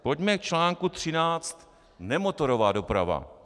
Pojďme k článku 13 Nemotorová doprava.